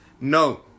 no